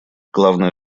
главная